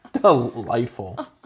Delightful